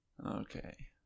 Okay